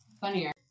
funnier